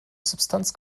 substanz